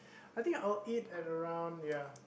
I think I'll eat at around ya